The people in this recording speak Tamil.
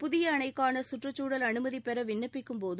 புதிய அணைக்கான சுற்றுச்சூழல் அனுமதி பெற விண்ணப்பிக்கும்போது